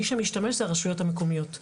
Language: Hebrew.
מי שמשתמש זה הרשויות המקומיות.